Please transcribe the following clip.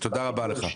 תודה רבה לך.